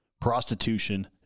prostitution